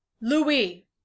louis